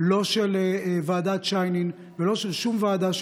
לא של ועדת שיינין ולא של שום ועדה.